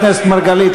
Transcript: חבר הכנסת מרגלית,